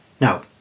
Now